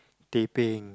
teh peng